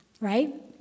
right